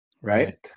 Right